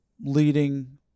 leading